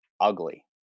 ugly